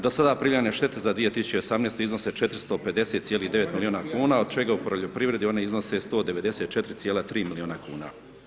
Do sada prijavljene štete za 2018. iznose 450,9 milijuna kuna, od čega u poljoprivredi one iznose 194,3 milijuna kuna.